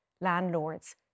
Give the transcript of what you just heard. landlords